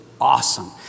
awesome